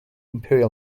imperial